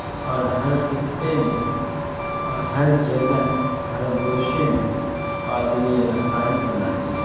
اور ہر خطے میں اور ہر جگہ ہر گوشے میں قابل رسائی بناتی ہے